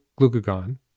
glucagon